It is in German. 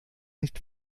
nicht